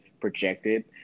projected